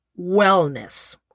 wellness